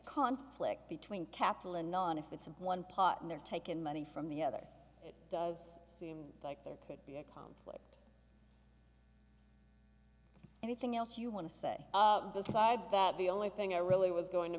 conflict between capital and non if it's in one pot and they're taken money from the other it does seem like there could be a conflict anything else you want to say besides that the only thing i really was going to